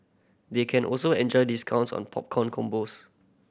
they can also enjoy discounts on popcorn combos